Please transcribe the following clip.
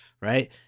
right